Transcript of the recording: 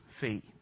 feet